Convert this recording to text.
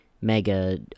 mega